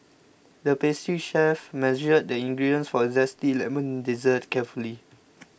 the pastry chef measured the ingredients for a Zesty Lemon Dessert carefully